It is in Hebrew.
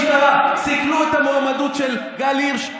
ניצבים במשטרה סיכלו את המועמדות של גל הירש,